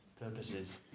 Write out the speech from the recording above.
purposes